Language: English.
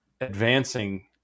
advancing